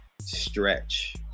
stretch